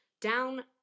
down